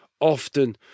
often